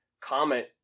comment